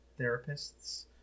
therapists